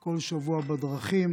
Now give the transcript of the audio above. כל שבוע בדרכים.